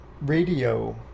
radio